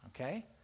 okay